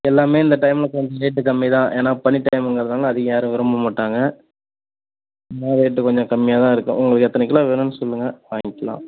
எல்லாமே இந்த டைமில் கொஞ்சம் ரேட்டு கம்மி தான் ஏன்னா பனி டைமுங்கிறதுனால அதிகம் யாரும் விரும்பமாட்டாங்க அதனால ரேட்டு கொஞ்சம் கம்மியாக தான் இருக்கும் உங்களுக்கு எத்தனை கிலோ வேணுன்னு சொல்லுங்கள் வாங்கிக்கலாம்